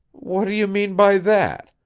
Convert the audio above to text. what do you mean by that?